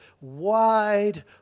wide